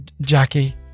Jackie